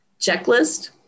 Checklist